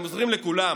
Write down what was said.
הם עוזרים לכולם: